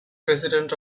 president